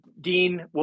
Dean